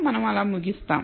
మనం అలా ముగిస్తాం